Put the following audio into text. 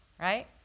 Right